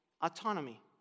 autonomy